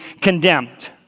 condemned